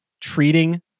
treating